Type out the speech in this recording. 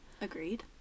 Agreed